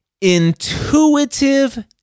intuitive